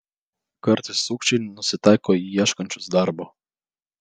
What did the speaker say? kartais sukčiai nusitaiko į ieškančius darbo